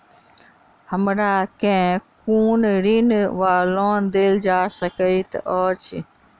हमरा केँ कुन ऋण वा लोन देल जा सकैत अछि?